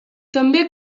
també